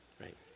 right